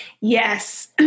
Yes